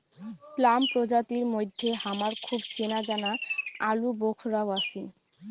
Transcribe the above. plum প্রজাতির মইধ্যে হামার খুব চেনাজানা আলুবোখরাও আছি